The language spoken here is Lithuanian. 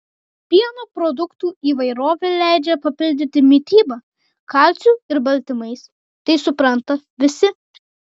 pieno produktų įvairovė leidžia papildyti mitybą kalciu ir baltymais tai supranta visi